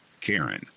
Karen